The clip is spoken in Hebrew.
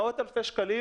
מאות אלפי שקלים,